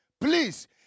Please